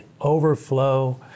overflow